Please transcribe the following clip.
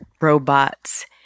robots